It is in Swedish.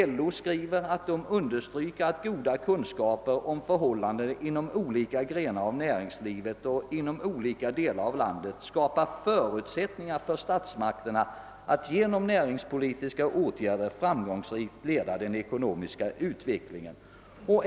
LO understryker att goda kunskaper om förhållandena inom olika grenar av näringslivet och inom olika delar av landet skapar förutsättningar för statsmakterna att genom näringspolitiska åtgärder framgångsrikt leda den ekonomiska utvecklingen.